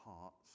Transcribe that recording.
hearts